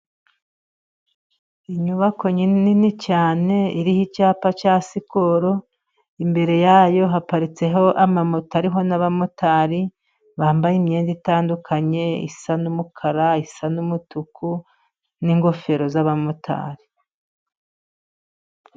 Inyubako nini cyane iriho icyapa cya sikoro. Imbere yayo haparitse abamotari ariho n'abamotari bambaye imyenda itandukanye isa n'umukara isa n'umutuku, n'ingofero z'abamotari.